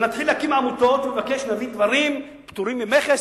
ונתחיל להקים עמותות ונבקש להביא דברים פטורים ממכס,